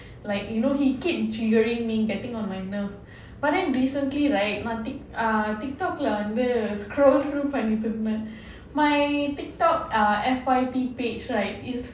like you know he keep triggering me getting on my nerve but then recently right tik TikTok leh வந்து:vanthu scroll கூட பண்ணிட்டு இருந்தா:kuda pannitu irundhaa my TikTok F_Y_P page right is